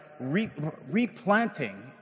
replanting